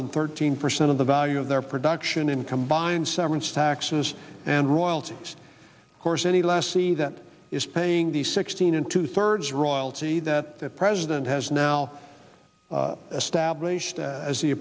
than thirteen percent of the value of their production in combined severance taxes and royalties course any lassie that is paying the sixteen in two thirds royalty that the president has now stablished as the